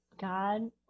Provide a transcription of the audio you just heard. God